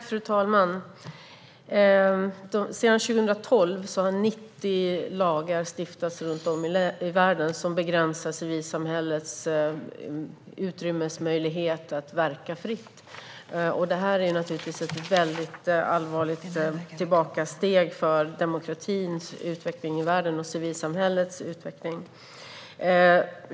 Fru talman! Sedan 2012 har 90 lagar stiftats runt om i världen som begränsar civilsamhällets utrymme och möjlighet att verka fritt. Detta är ett allvarligt tillbakasteg för demokratins och civilsamhällets utveckling i världen.